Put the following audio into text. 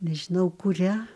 nežinau kuria